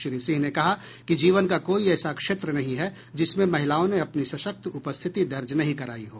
श्री सिंह ने कहा कि जीवन का कोई ऐसा क्षेत्र नहीं है जिसमें महिलाओं ने अपनी सशक्त उपस्थिति दर्ज नहीं कराई हो